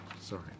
Sorry